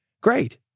great